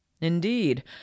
indeed